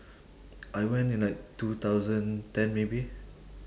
I went in like two thousand ten maybe